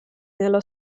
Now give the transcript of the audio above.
nella